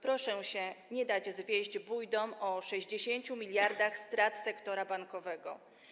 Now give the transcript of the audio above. Proszę się nie dać zwieść bujdom o 60 mld strat sektora bankowego.